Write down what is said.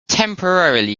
temporarily